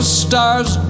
stars